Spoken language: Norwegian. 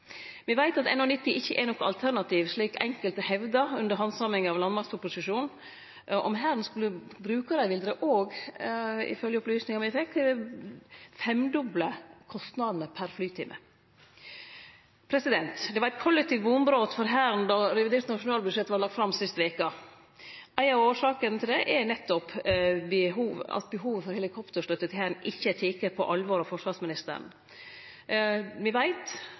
Me veit at NH90 ikkje er noko alternativ, slik enkelte hevda under handsaminga av landmaktproposisjonen. Om Hæren skulle bruke det, ville det òg, ifølgje opplysningar me fekk, femdoble kostnadene per flytime. Det var eit kollektivt vonbrot for Hæren då revidert nasjonalbudsjett vart lagt fram sist veke. Ei av årsakene til det er nettopp at behovet for helikopterstøtte til Hæren ikkje er teke på alvor av forsvarsministeren. Me veit